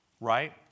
Right